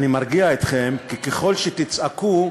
אני מרגיע אתכם, כי ככל שתצעקו,